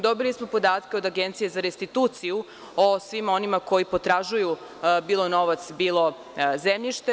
Dobili smo podatke od Agencije za restituciju o svima onima koji potražuju bilo novac, bilo zemljište.